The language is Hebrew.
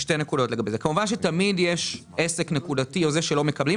כמובן שתמיד יש עסק נקודתי שלא מקבל.